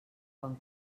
quan